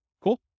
Cool